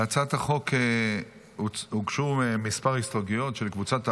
להצעת החוק הוגשו מספר הסתייגויות של קבוצת העבודה,